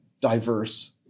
diverse